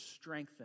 strengthen